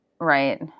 Right